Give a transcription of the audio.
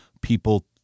people